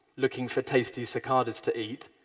looking for tasty cicadas to eat,